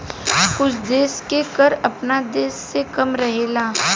कुछ देश के कर आपना देश से कम रहेला